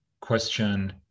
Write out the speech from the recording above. question